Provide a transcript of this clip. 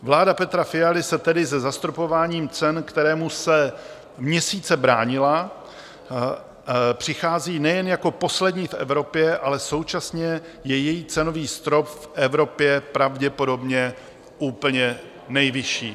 Vláda Petra Fialy tedy se zastropováním cen, kterému se měsíce bránila, přichází nejen jako poslední v Evropě, ale současně je její cenový strop v Evropě pravděpodobně úplně nejvyšší.